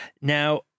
Now